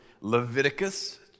Leviticus